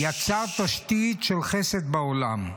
הוא יצר תשתית של חסד בעולם,